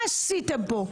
מה עשיתם פה?